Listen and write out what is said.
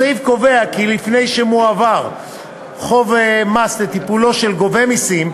הסעיף קובע כי לפני שמועבר חוב מס לטיפולו של גובה מסים,